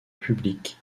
public